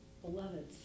beloved